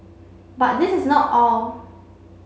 but this is not all